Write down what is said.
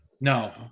No